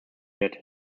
wird